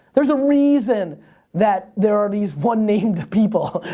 there's a reason that there are these one-named people.